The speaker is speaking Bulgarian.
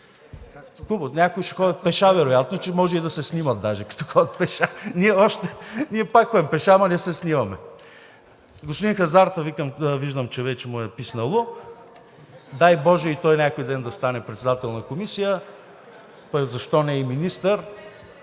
Хубаво, някои ще ходят пеша вероятно, че може и да се снимат даже, като ходят пеша. Ние пак ходим пеша, но не се снимаме. На господин Хазарта виждам, че вече му е писнало. Дай боже, и той някой ден да стане председател на комисия, пък защо не и министър.